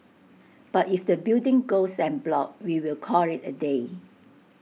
but if the building goes en bloc we will call IT A day